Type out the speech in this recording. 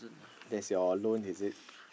that's your loan is it